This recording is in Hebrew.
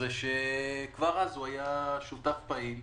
כבר אז הוא היה שותף פעיל.